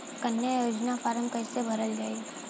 कन्या योजना के फारम् कैसे भरल जाई?